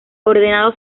ordenado